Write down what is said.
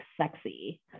sexy